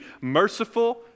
merciful